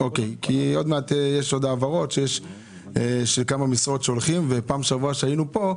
עוד מעט יש העברות של כמה משרות שהולכות ובפעם שעברה שהיינו כאן,